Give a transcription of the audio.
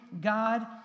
God